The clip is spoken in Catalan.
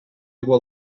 aigua